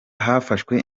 hafashwe